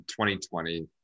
2020